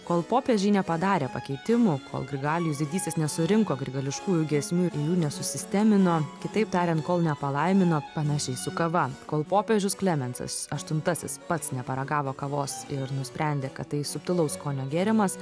kol popiežiai nepadarė pakeitimų kol grigalijus didysis nesurinko grigališkųjų giesmių ir jų nesusistemino kitaip tariant kol nepalaimino panašiai su kava kol popiežius klemensas aštuntasis pats neparagavo kavos ir nusprendė kad tai subtilaus skonio gėrimas